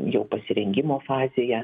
jo pasirengimo fazėje